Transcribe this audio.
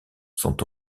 sont